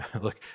look